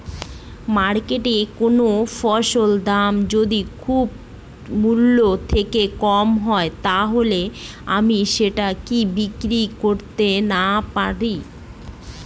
মার্কেটৈ কোন ফসলের দাম যদি খরচ মূল্য থেকে কম হয় তাহলে আমি সেটা কি বিক্রি নাকরতেও পারি?